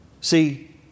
See